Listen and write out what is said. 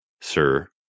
Sir